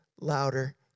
louder